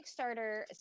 Kickstarter